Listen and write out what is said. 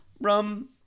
Rum